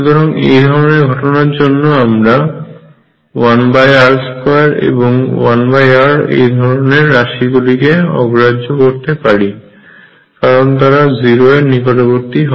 সুতরাং এই ধরনের ঘটনার জন্য আমরা 1r2 এবং 1r এই ধরণের রাশির গুলিকে অগ্রাহ্য করতে পারি কারণ তারা 0 এর নিকটবর্তী হয়